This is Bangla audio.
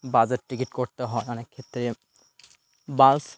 বাসের টিকিট করতে হয় অনেক ক্ষেত্রে বাস